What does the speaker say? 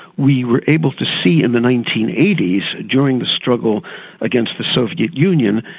we were able to see in the nineteen eighty s during the struggle against the soviet union,